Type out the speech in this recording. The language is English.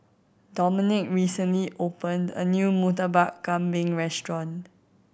Dominik recently opened a new Murtabak Kambing restaurant